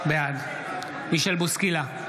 בעד מישל בוסקילה,